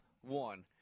One